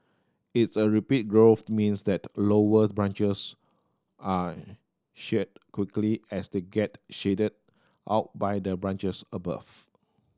its a rapid growth means that lower branches are shed quickly as they get shaded out by the branches above